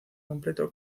completo